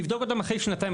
נבדוק אותם אחרי שנתיים,